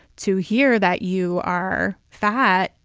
to hear that you are fat,